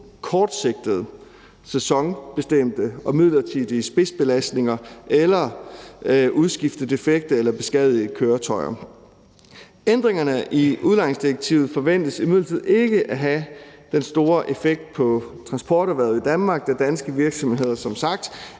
kortsigtede, sæsonbestemte og midlertidige spidsbelastninger eller udskifte defekte eller beskadigede køretøjer. Ændringerne i udlejningsdirektivet forventes imidlertid ikke at have den store effekt på transporterhvervet i Danmark, da danske virksomheder som sagt